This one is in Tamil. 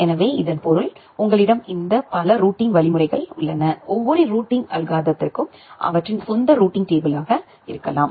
எனவே இதன் பொருள் உங்களிடம் இந்த பல ரூட்டிங் வழிமுறைகள் உள்ளன ஒவ்வொரு ரூட்டிங் அல்காரிதத்திற்கும் அவற்றின் சொந்த ரூட்டிங் டேபிள் இருக்கலாம்